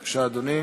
בבקשה, אדוני.